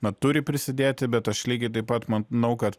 na turi prisidėti bet aš lygiai taip pat manau kad